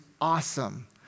awesome